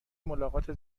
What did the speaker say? ملاقات